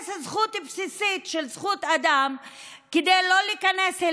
שדורס זכות בסיסית של אדם שלא ייכנסו